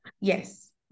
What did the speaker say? Yes